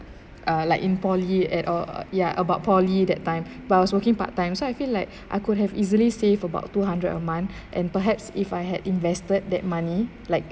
uh like in poly at or yeah about poly that time but I was working part time so I feel like I could have easily save about two hundred a month and perhaps if I had invested that money like